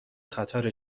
خطر